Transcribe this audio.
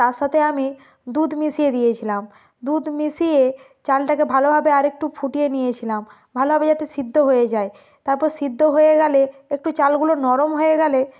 তার সাথে আমি দুধ মিশিয়ে দিয়েছিলাম দুধ মিশিয়ে চালটাকে ভালোভাবে আরেকটু ফুটিয়ে নিয়েছিলাম ভালোভাবে যাতে সিদ্ধ হয়ে যায় তাপর সিদ্ধ হয়ে গেলে একটু চালগুলো নরম হয়ে গেলে